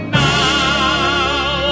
now